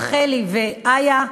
רחלי ואיה,